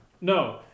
No